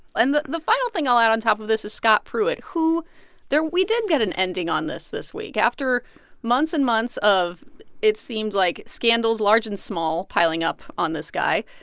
and the the final thing i'll add on top of this is scott pruitt, who there we did get an ending on this this week. after months and months of it seemed like scandals large and small piling up on this guy,